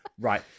Right